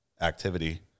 activity